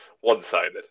one-sided